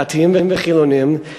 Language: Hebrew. דתיים וחילונים,